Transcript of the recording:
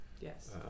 Yes